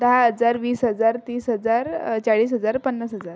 दहा हजार वीस हजार तीस हजार चाळीस हजार पन्नास हजार